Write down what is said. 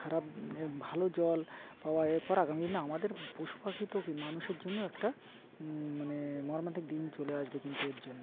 খারাপ ভালো জল পাওয়া এরপর আগামী দিনে আমাদের পশুপখি তো কি মানুষের জন্য একটা মানে মর্মান্তিক দিন চলে আসবে কিন্তু এর জন্য